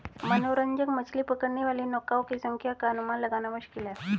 मनोरंजक मछली पकड़ने वाली नौकाओं की संख्या का अनुमान लगाना मुश्किल है